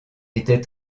était